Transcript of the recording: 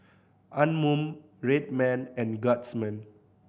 Anmum Red Man and Guardsman